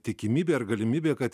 tikimybė ar galimybė kad